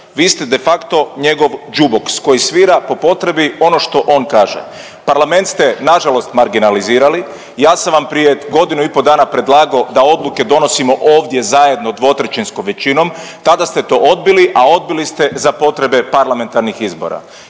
Vi ste de facto njegov džuboks koji svira po potrebi ono što on kaže. Parlament ste nažalost marginalizirali, ja sam vam prije godinu i pol dana predlagao da odluke donosimo ovdje zajedno dvotrećinskom većinom, tada ste to odbili, a odbili ste za potrebe parlamentarnih izbora